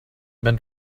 men